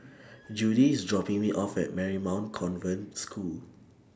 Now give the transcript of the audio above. Judy IS dropping Me off At Marymount Convent School